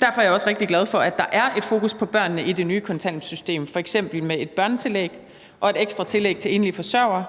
Derfor er jeg også rigtig glad for, at der er et fokus på børnene i det nye kontanthjælpssystem, f.eks. med børnetillægget og det ekstra tillæg til enlige forsørgere.